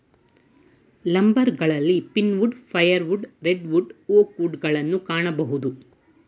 ಲಂಬರ್ಗಳಲ್ಲಿ pine wood, fire wood, red wood, oak wood ಗಳನ್ನು ಕಾಣಬೋದು